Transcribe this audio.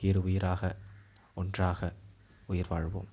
இரு உயிராக ஒன்றாக உயிர் வாழ்வோம்